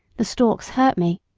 the stalks hurt me.